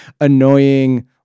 annoying